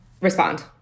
respond